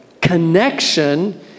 connection